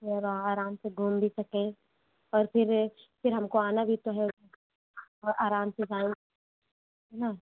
आराम से घूम भी सकें और फिर फिर हमको आना भी तो है और आराम से जाएँ है ना